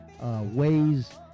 ways